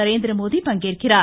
நரேந்திரமோடி பங்கேற்கிறார்